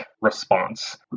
response